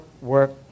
work